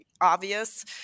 obvious